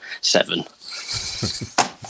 Seven